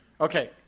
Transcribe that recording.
Okay